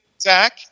Zach